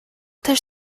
też